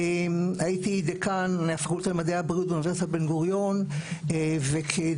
הייתי דיקן הפקולטה למדעי הבריאות באוניברסיטת בן גוריון וכדיקן